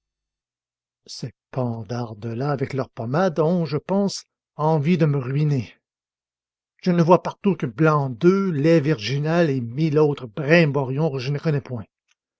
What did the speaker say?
gorgibus ces pendardes là avec leur pommade ont je pense envie de me ruiner je ne vois partout que blancs d'oeufs lait virginal et mille autres brimborions que je ne connais point